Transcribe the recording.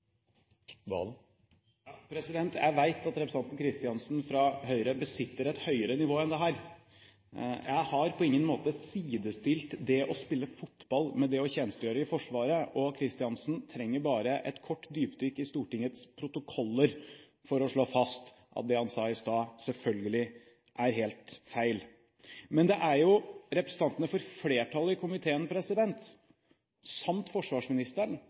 Jeg vet at representanten Kristiansen fra Høyre besitter et høyere nivå enn dette. Jeg har på ingen måte sidestilt det å spille fotball med det å tjenestegjøre i Forsvaret. Kristiansen trenger bare et kort dypdykk i Stortingets protokoller for å slå fast at det han sa i stad, selvfølgelig er helt feil. Men det er jo representantene for flertallet i komiteen samt forsvarsministeren